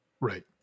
Right